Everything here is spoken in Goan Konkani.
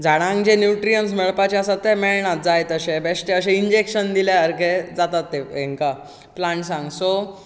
झाडांक जे न्युट्रियंट्स मेळपाचे आसात ते मेळनात जाय तशे बेश्टे अशें इंजॅक्शन दिल्या सारके जातात ते हेंकां प्लांट्सांक सो